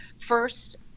First